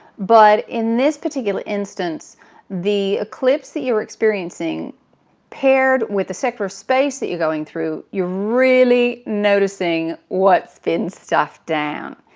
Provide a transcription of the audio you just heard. but in this particular instance the eclipse that you're experiencing paired with a sector of space that you're going through you're really noticing what's been stuffed down.